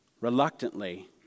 reluctantly